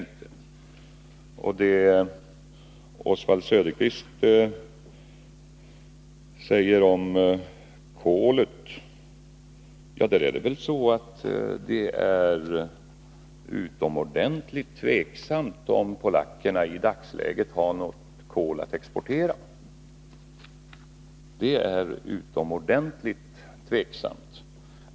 Beträffande vad Oswald Söderqvist säger om kolet är det väl utomordentligt tveksamt om polackerna i dagsläget har något kol att exportera. Det är utomordentligt tveksamt.